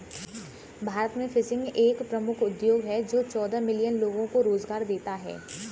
भारत में फिशिंग एक प्रमुख उद्योग है जो चौदह मिलियन लोगों को रोजगार देता है